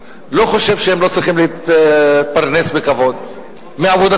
לא חושב שהם לא צריכים להתפרנס בכבוד מעבודתם,